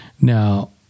Now